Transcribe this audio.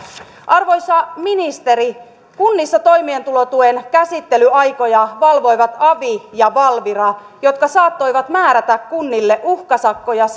arvoisa ministeri kunnissa toimeentulotuen käsittelyaikoja valvoivat avi ja valvira jotka saattoivat määrätä kunnille uhkasakkoja